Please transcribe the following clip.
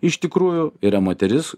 iš tikrųjų yra moteris